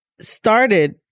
started